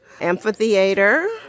amphitheater